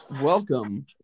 Welcome